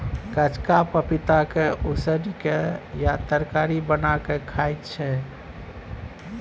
कचका पपीता के उसिन केँ या तरकारी बना केँ खाइ छै